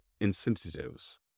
incentives